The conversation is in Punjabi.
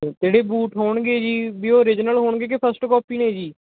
ਉਹ ਕਿਹੜੇ ਬੂਟ ਹੋਣਗੇ ਜੀ ਵੀ ਉਹ ਰੀਜਨਲ ਹੋਣਗੇ ਕਿ ਫਸਟ ਕਾਪੀ ਨੇ ਜੀ